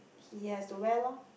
he has to wear loh